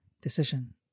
decision